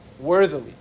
worthily